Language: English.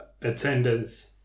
attendance